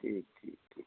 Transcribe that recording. ठीक ठीक ठीक